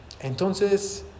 entonces